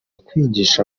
kwigisha